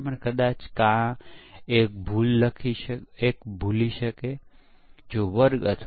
તેથી જે ભાગમાં ખૂબ ઓછી ભૂલો હોવાના અહેવાલ મળ્યા છે ત્યાં ખરેખર ઓછી ભૂલો જોવા મળશે